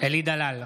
אלי דלל,